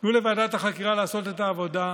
תנו לוועדת החקירה לעשות את העבודה,